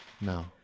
No